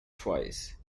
twice